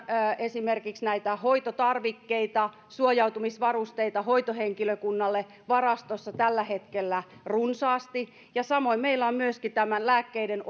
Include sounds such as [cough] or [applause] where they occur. esimerkiksi näitä hoitotarvikkeita suojautumisvarusteita hoitohenkilökunnalle varastossa tällä hetkellä runsaasti ja samoin meillä on lääkkeiden [unintelligible]